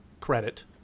credit